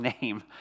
name